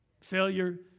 failure